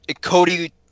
Cody